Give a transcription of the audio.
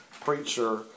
preacher